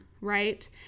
right